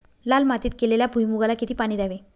लाल मातीत केलेल्या भुईमूगाला किती पाणी द्यावे?